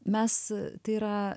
mes tai yra